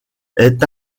est